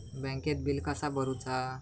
बँकेत बिल कसा भरुचा?